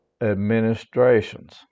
administrations